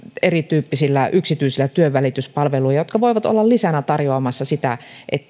erityyppisillä yksityisillä työvälityspalveluilla jotka voivat olla lisänä tarjoamassa sitä